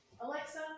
alexa